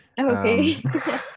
Okay